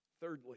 Thirdly